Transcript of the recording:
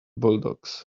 bulldogs